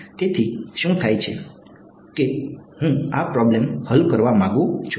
તેથી શું થાય છે કે હું આ પ્રોબ્લેમ હલ કરવા માંગુ છું